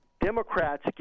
Democrats